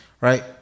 Right